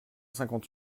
cinquante